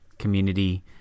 Community